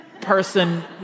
person